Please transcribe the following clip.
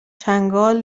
چنگال